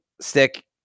Stick